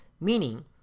meaning